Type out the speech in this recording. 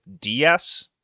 DS